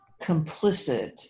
complicit